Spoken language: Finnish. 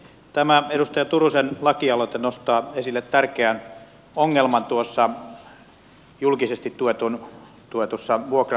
tämä edustaja turusen lakialoite nostaa esille tärkeän ongelman julkisesti tuetussa vuokra asuntotuotannossa